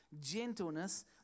gentleness